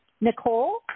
Nicole